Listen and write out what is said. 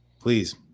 Please